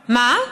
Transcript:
מה?